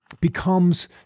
becomes